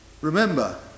Remember